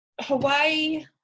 Hawaii